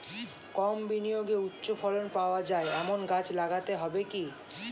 কম বিনিয়োগে উচ্চ ফলন পাওয়া যায় এমন গাছ লাগাতে হবে কি?